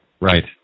Right